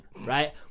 right